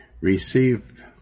receive